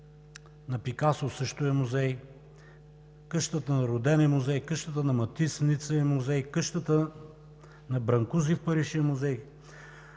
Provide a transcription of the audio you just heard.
на Пикасо също е музей, къщата на Роден е музей, къщата на Матис в Ница е музей, къщата на Бранкузи в Париж е музей,